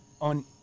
on